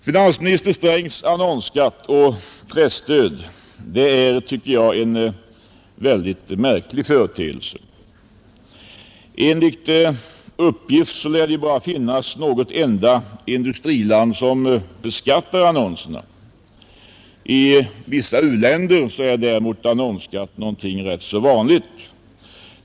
Finansminister Strängs annonsskatt och presstöd är, tycker jag, en märklig företeelse. Enligt uppgift lär det bara finnas något enda industriland som beskattar annonser, I vissa u-länder är däremot annonsskatt någonting rätt så vanligt.